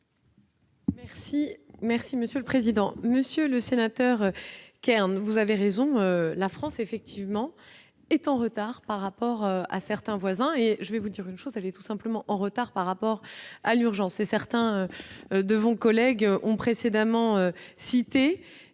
Merci, merci, monsieur le président, Monsieur le Sénateur. Kern vous avez raison, la France effectivement est en retard par rapport à certains voisins et je vais vous dire une chose, elle est tout simplement en retard par rapport à l'urgence et certains de vos collègues ont précédemment cités